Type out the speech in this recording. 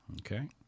Okay